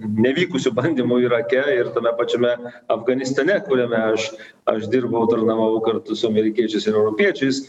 nevykusių bandymų irake ir tame pačiame afganistane kuriame aš aš dirbau tarnavau kartu su amerikiečiais ir europiečiais